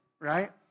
right